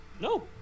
No